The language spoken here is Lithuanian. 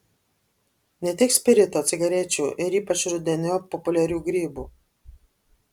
ne tik spirito cigarečių ir ypač rudeniop populiarių grybų